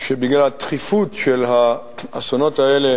שבגלל התכיפות של האסונות האלה